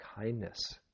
kindness